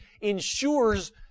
ensures